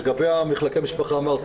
לגבי מחלקי משפחה דיברתי,